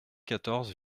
quatorze